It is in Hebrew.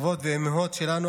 אבות ואימהות שלנו,